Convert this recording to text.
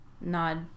nod